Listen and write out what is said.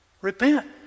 Repent